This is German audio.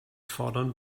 fordern